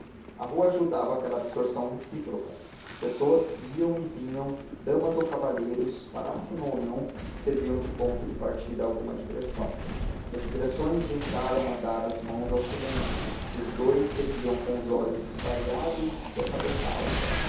a rua ajudava aquela absorção recíproca as pessoas que iam ou vinham damas ou cavalheiros parassem ou não serviam de ponto de partida a alguma digressão as digressões entraram a dar as mãos ao silêncio e os dous seguiam com os olhos espraiados e a cabeça alta